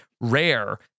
rare